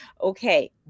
Okay